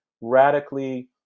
radically